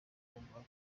bagomba